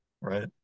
right